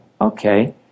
okay